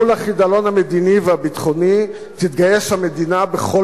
מול החידלון המדיני והביטחוני תתגייס המדינה בכל